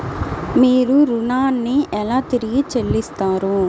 మీరు ఋణాన్ని ఎలా తిరిగి చెల్లిస్తారు?